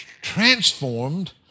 transformed